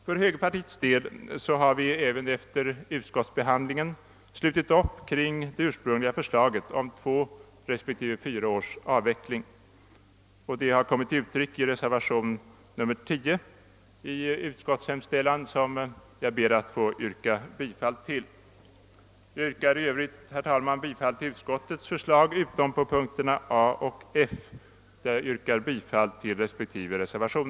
För högerpartiets del har vi redan slutit upp kring det ursprungliga förslaget om två respektive fyra års avveckling. Detta har kommit till uttryck i reservation X i utskottets hemställan, vilken jag ber att få yrka bifall till. I övrigt yrkar jag bifall till utskottets förslag utom under punkterna A och F, där jag yrkar bifall till respektive reservation.